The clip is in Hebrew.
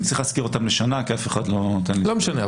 אני צריך לשכור אותם לשנה כי אף אחד לא נותן --- לא משנה,